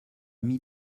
mis